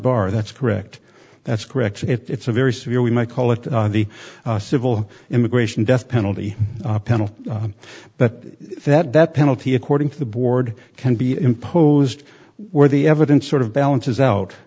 bar that's correct that's correct it's a very severe we might call it the civil immigration death penalty penalty but that that penalty according to the board can be imposed where the evidence sort of balances out